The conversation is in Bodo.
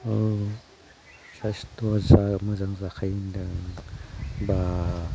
औ सायस्थ'आ जा मोजां जाखायो दा बा